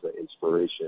inspiration